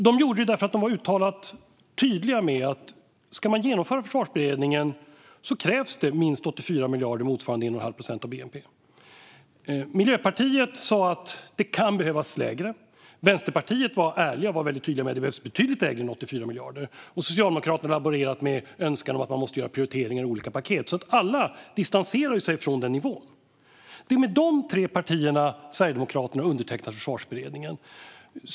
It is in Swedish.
De gjorde det därför att de var uttalat tydliga med att det krävs minst 84 miljarder - motsvarande 1,5 procent av bnp - om man ska genomföra Försvarsberedningens förslag. Miljöpartiet sa att det kan behövas mindre än så. Vänsterpartiet var ärliga och var väldigt tydliga med att behövs betydligt mindre än 84 miljarder. Socialdemokraterna har laborerat med en önskan om att man ska göra prioriteringar i olika paket. Alla distanserar sig från denna nivå. Det är med dessa tre partier Sverigedemokraterna har undertecknat Försvarsberedningens rapport.